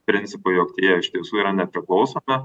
principui jog tyrėjai iš tiesų yra nepriklausomi